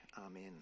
Amen